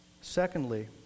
Secondly